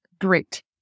Great